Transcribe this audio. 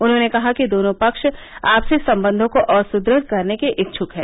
उन्होंने कहा कि दोनों पक्ष आपसी संबंधों को और सुदृढ़ करने के इच्छुक हैं